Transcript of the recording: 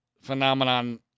phenomenon